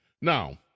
Now